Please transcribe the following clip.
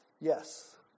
Yes